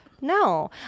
No